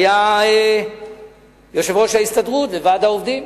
היתה יושב-ראש ההסתדרות וועד העובדים.